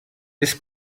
this